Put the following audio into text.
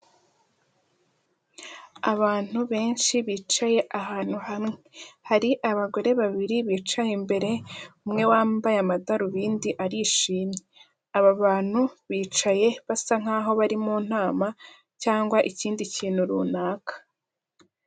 Abantu benshi bicaye ahantu hamwe. Hari abagore babiri bicaye imbere, umwe wambaye amadarubindi, arishimye. Aba bantu bicaye basa nk'aho bari mu nama cyangwa ikindi kintu runaka.